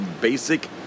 basic